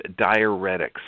diuretics